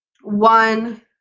one